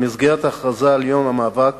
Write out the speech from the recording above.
במסגרת ההכרזה על יום המאבק